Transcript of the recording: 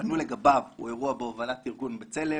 לגביו הוא אירוע בהובלת ארגון בצלם,